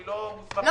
אני לא מוסמך להגיד.